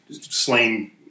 slain